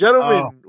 gentlemen